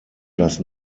das